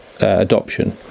adoption